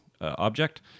object